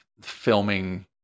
filming